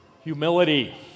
Humility